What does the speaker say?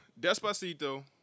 Despacito